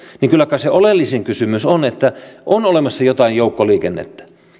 niin kyllä kai se oleellisin kysymys on että on olemassa jotain joukkoliikennettä